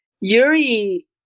Yuri